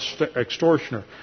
extortioner